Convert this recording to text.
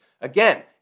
Again